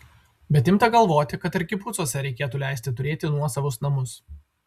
bet imta galvoti kad ir kibucuose reikėtų leisti turėti nuosavus namus